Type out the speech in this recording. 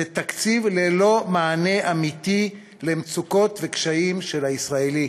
זה תקציב ללא מענה אמיתי על המצוקות והקשיים של הישראלי.